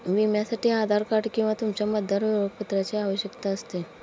विम्यासाठी आधार कार्ड किंवा तुमच्या मतदार ओळखपत्राची आवश्यकता असते